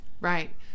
right